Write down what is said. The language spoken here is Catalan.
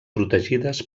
protegides